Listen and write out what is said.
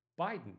Biden